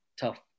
tough